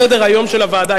סדר-היום של הוועדה,